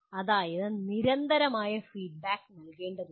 അതായത് നിരന്തരമായ ഫീഡ്ബാക്ക് നൽകേണ്ടതുണ്ട്